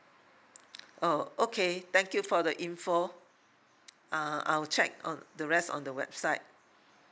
oh okay thank you for the info uh I'll check on the rest on the website